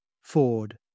Ford